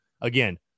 again